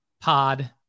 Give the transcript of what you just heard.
pod